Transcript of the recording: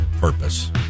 purpose